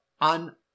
on